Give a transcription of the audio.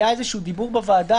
היה איזשהו דיבור בוועדה,